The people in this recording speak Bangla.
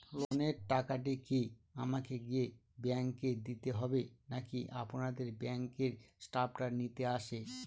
লোনের টাকাটি কি আমাকে গিয়ে ব্যাংক এ দিতে হবে নাকি আপনাদের ব্যাংক এর স্টাফরা নিতে আসে?